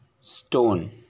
stone